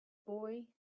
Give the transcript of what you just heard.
boy